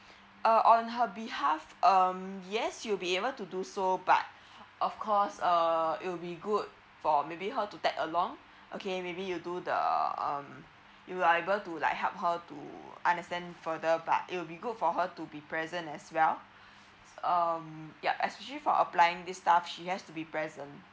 uh on her behalf um yes you'll be able to do so but of course uh it will be good for maybe her to tag along okay maybe you do the um you are able to like help her to understand further but it will be good for her to be present as well so um yup as she for applying this stuff she has to be present